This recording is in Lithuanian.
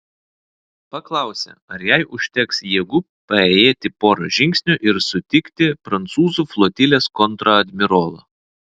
paklausė ar jai užteks jėgų paėjėti porą žingsnių ir sutikti prancūzų flotilės kontradmirolą